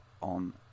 on